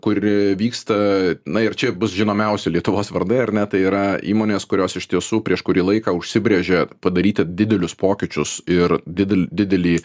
kur vyksta na ir čia bus žinomiausi lietuvos vardai ar ne tai yra įmonės kurios iš tiesų prieš kurį laiką užsibrėžė padaryti didelius pokyčius ir didl didelį